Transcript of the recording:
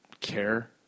care